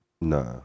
Nah